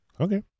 Okay